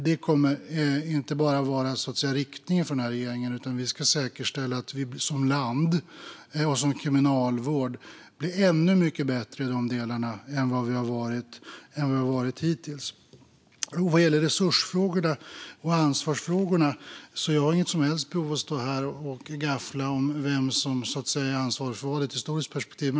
Detta kommer inte bara att vara riktningen för den här regeringen, utan vi ska säkerställa att vi som land och som kriminalvård blir ännu mycket bättre än vi har varit hittills när det gäller de delarna. Vad gäller resurs och ansvarsfrågorna har jag inget som helst behov av att stå här och gaffla om vem som ansvarar för vad i ett historiskt perspektiv.